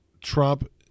trump